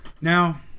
Now